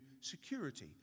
security